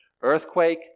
Earthquake